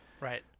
Right